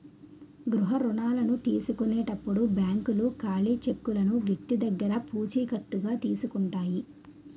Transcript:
గృహ రుణాల తీసుకునేటప్పుడు బ్యాంకులు ఖాళీ చెక్కులను వ్యక్తి దగ్గర పూచికత్తుగా తీసుకుంటాయి